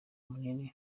munini